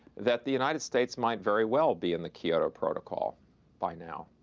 that the united states might very well be in the kyoto protocol by now.